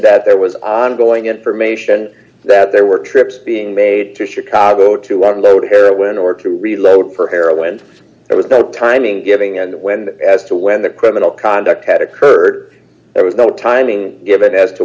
that there was ongoing information that there were trips being made to chicago to overload heroin or to reload for heroin there was no timing giving and when as to when the criminal conduct had occurred there was no timing given as to